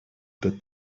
that